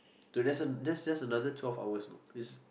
dude that's a that's just another twelve hours you know